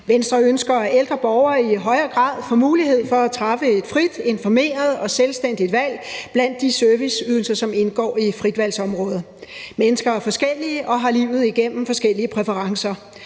Venstre ønsker, at ældre borgere i højere grad får mulighed for at træffe et frit, informeret og selvstændigt valg blandt de serviceydelser, som indgår i et fritvalgsområde. Mennesker er forskellige og har livet igennem forskellige præferencer.